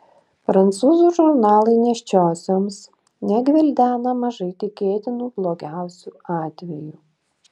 prancūzų žurnalai nėščiosioms negvildena mažai tikėtinų blogiausių atvejų